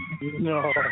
No